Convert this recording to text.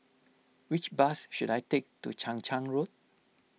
which bus should I take to Chang Charn Road